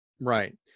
Right